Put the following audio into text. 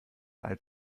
alt